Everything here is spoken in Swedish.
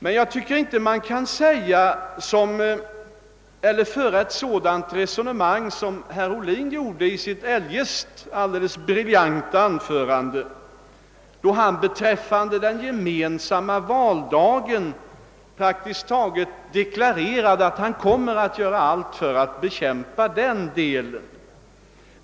Men jag tycker att man inte kan föra ett sådant resonemang som herr Ohlin gjorde i sitt eljest alldeles briljanta anförande, då han beträffande den gemensamma valdagen praktiskt taget deklarerade att han kommer att göra allt för att bekämpa den delen av uppgörelsen.